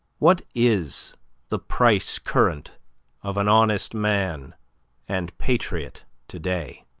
what is the price-current of an honest man and patriot today?